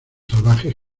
salvajes